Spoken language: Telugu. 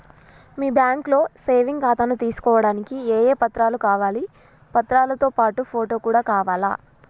మీ బ్యాంకులో సేవింగ్ ఖాతాను తీసుకోవడానికి ఏ ఏ పత్రాలు కావాలి పత్రాలతో పాటు ఫోటో కూడా కావాలా?